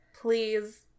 please